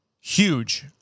Huge